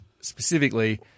specifically